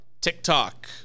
TikTok